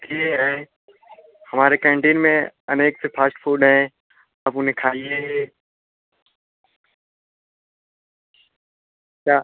हैं हमारे कैंटीन में अनेक से फास्ट फूड हैं आप उन्हें खाइए क्या